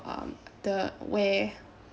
um the where